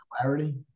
clarity